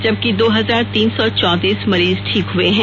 जबकि दो हजार तीन सौ चौतीस मरीज ठीक हए हैं